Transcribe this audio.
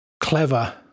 clever